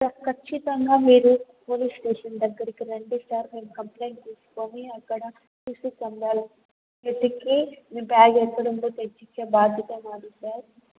ఖచ్చితంగా మీరు police station దగ్గరకు రండి సార్ మేము కంప్లైంట్ తీసుకుని అక్కడ సీసీ కెమెరాలో వెతికి మీ బ్యాగ్ ఎక్కడుందో తెచ్చిచ్చే బాధ్యత మాది సార్